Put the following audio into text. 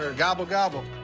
ah gobble gobble.